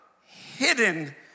hidden